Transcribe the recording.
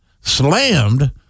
slammed